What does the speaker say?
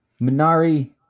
Minari